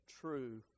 true